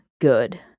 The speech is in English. good